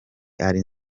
ari